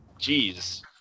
Jeez